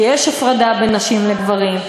שיש הפרדה בין נשים לגברים,